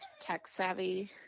tech-savvy